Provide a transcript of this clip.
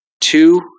Two